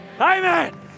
Amen